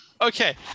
Okay